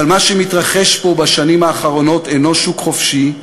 אבל מה שמתרחש פה בשנים האחרונות אינו שוק חופשי,